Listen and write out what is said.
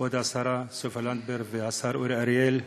כבוד השרה סופה לנדבר והשר אורי אריאל,